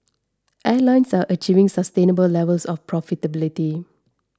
airlines are achieving sustainable levels of profitability